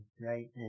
right